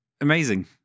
amazing